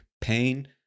Pain